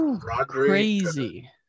crazy